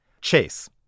Chase